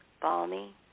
balmy